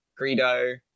Greedo